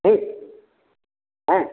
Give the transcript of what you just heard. ठीक है